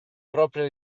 propria